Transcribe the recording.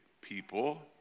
people